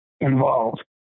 involved